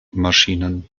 maschinen